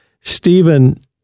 Stephen